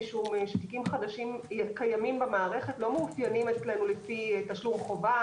משום שתיקים חדשים קיימים במערכת לא מאופיינים אצלנו לפי תשלום חובה